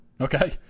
Okay